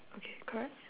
okay correct